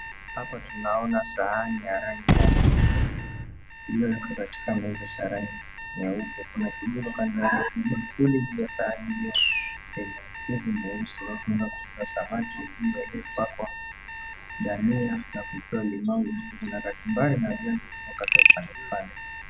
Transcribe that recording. Hapa tunaona sahani ya rangi ya nyeupe. Iliyoko katika meza sahani nyeupe. Kuna kingine kando yake na kuli ndani ya sahani hiyo. Tunaona samaki hiyo iliyopakwa dania na kupewa limau na katumbari na viazi vimekatwa pande pande.